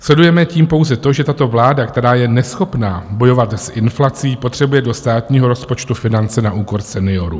Sledujeme tím pouze to, že tato vláda, která je neschopná bojovat s inflací, potřebuje do státního rozpočtu finance na úkor seniorů.